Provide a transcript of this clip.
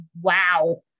wow